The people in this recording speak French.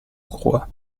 crois